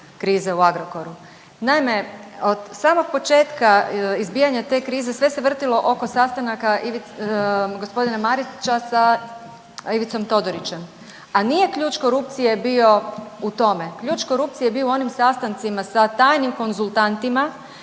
krize u Agrokoru. Naime, od samog početka izbijanja te krize sve se vrtilo oko sastanaka gospodina Marića sa Ivicom Todorićem, a nije ključ korupcije bio u tome. Ključ korupcije je bio u onim sastancima sa tajnim konzultantima